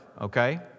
okay